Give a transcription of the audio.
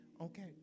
Okay